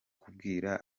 kubwira